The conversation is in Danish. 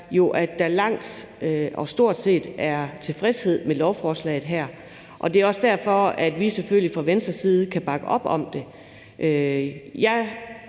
at der stort set er tilfredshed med lovforslaget. Det er også derfor, vi selvfølgelig fra Venstres side kan bakke op om det.